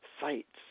sites